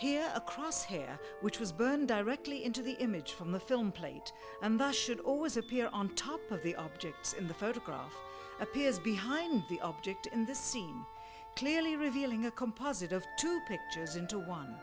here across here which was burned directly into the image from the film plate and the should always appear on top of the objects in the photograph appears behind the object in the scene clearly revealing a composite of two pictures into one